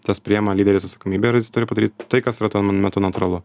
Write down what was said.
tas priema lyderis atsakomybę ir jis turi padaryt tai kas yra tuon metu natūralu